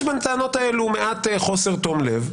יש בטענות האלה מעט חוסר תום לב,